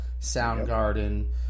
Soundgarden